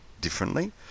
differently